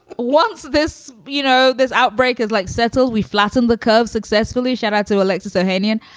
once this you know, this outbreak is like settle, we flatten the curve successfully. sharratt to alexis ohanian,